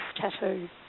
tattoo